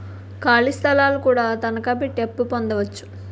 ఖాళీ స్థలాలు కూడా తనకాపెట్టి అప్పు పొందొచ్చు